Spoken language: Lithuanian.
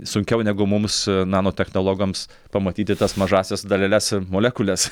sunkiau negu mums nanotechnologams pamatyti tas mažąsias daleles molekules